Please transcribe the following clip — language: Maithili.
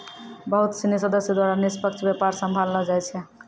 बहुत सिनी सदस्य द्वारा निष्पक्ष व्यापार सम्भाललो जाय छै